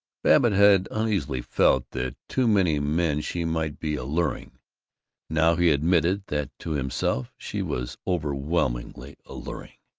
babbitt had uneasily felt that to many men she might be alluring now he admitted that to himself she was overwhelmingly alluring.